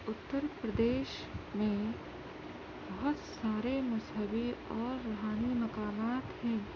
اتر پردیش میں بہت سارے مذہبی اور روحانی مقامات ہیں